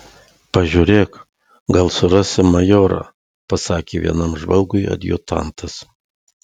pažiūrėk gal surasi majorą pasakė vienam žvalgui adjutantas